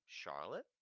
Charlotte